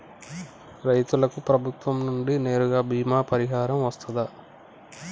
రైతులకు ప్రభుత్వం నుండి నేరుగా బీమా పరిహారం వత్తదా?